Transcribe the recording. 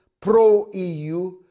pro-EU